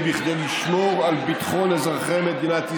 כדי לשמור על ביטחון אזרחי מדינת ישראל.